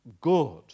good